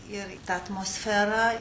ir ta atmosfera